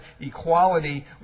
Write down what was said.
equality